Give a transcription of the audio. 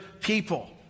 people